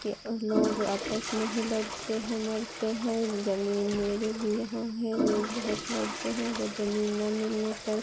कि वो लोग आपस में ही लड़ते हैं मरते हैं ज़मीन मेरे भी यहाँ है लोग बहुत लड़ते हैं अगर ज़मीन ना मिलने पर